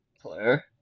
player